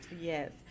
Yes